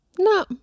No